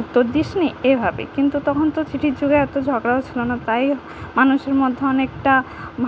উত্তর দিসনি এভাবে কিন্তু তখন তো চিঠির যুগে এত ঝগড়াও ছিল না তাই মানুষের মধ্যে অনেকটা